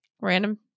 random